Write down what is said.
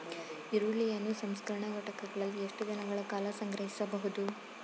ಈರುಳ್ಳಿಯನ್ನು ಸಂಸ್ಕರಣಾ ಘಟಕಗಳಲ್ಲಿ ಎಷ್ಟು ದಿನಗಳ ಕಾಲ ಸಂಗ್ರಹಿಸಬಹುದು?